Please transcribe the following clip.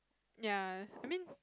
ya I mean